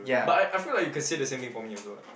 but I I feel like you can say the same thing for me also [what]